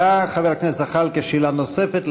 חבר הכנסת זחאלקה, שאלה נוספת.